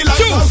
two